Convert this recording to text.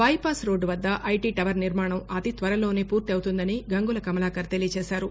bypass road వద్ద IT tower నిర్మాణం అతి త్వరలోనే పూర్తి అవుతుందని గంగుల కమలాకర్ తెలియజేశారు